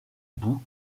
bout